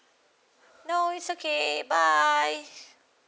no it's okay bye